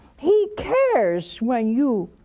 he cares when you